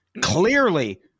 clearly